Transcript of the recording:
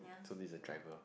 so this is the driver